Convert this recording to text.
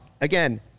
Again